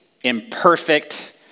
imperfect